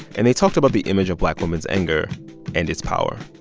and they talked about the image of black women's anger and its power